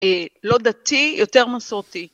לא דתי, יותר מסורתי.